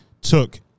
took